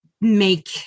make